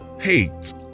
hate